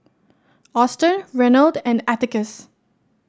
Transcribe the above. Auston Reynold and Atticus